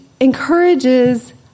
encourages